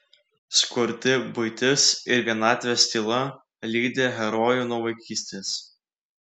skurdi buitis ir vienatvės tyla lydi herojų nuo vaikystės